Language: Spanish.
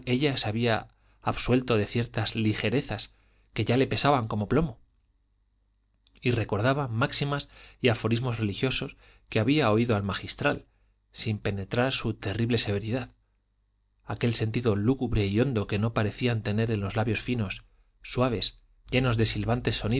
ella se había absuelto de ciertas ligerezas que ya le pesaban como plomo y recordaba máximas y aforismos religiosos que había oído al magistral sin penetrar su terrible severidad aquel sentido lúgubre y hondo que no parecían tener en los labios finos suaves llenos de silbantes